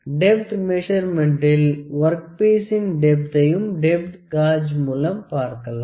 depth மெசர்மென்ட்டில் work பீசின் டெப்தை டெப்த் காஜ் மூலம் பார்க்கலாம்